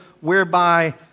whereby